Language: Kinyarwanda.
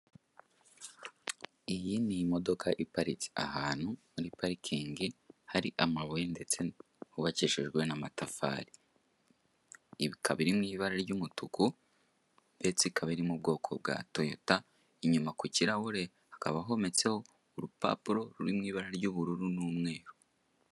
Iyi ni imodoka iparitse ahantu muri parikingi hari amabuye ndetse hubakishijwe n'amatafari ikaba iri mu ibara ry'umutuku ndetse ikaba iri mu bwoko bwa Toyota inyuma ku kirahure hakaba hometseho urupapuro ruri mu ibara ry'ububruru n'umweru.